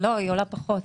לא, היא עולה פחות.